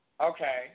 Okay